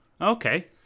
Okay